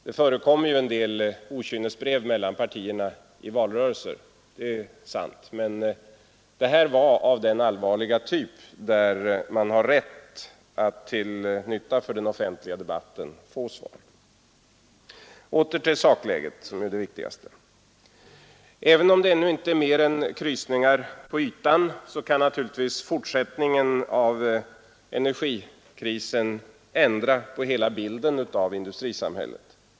Det förekommer ju en del okynnesbrev mellan partierna i valrörelser, det är sant, men det här var av den allvarliga typ, där man har rätt att till nytta för den offentliga debatten få svar. Åter till sakläget, som är det viktigaste. Även om det ännu inte är mer än krusningar på ytan, kan naturligtvis fortsättningen av oljekrisen ändra hela bilden av industrisamhället.